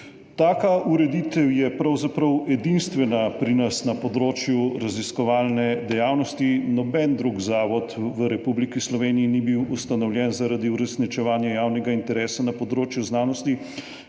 Taka ureditev je pravzaprav edinstvena pri nas na področju raziskovalne dejavnosti, noben drug zavod v Republiki Sloveniji ni bil ustanovljen zaradi uresničevanja javnega interesa na področju znanosti,